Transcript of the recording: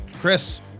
Chris